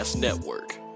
Network